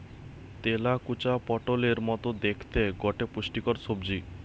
তেলাকুচা পটোলের মতো দ্যাখতে গটে পুষ্টিকর সবজি